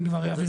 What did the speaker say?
אני כבר אעביר.